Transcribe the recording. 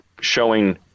showing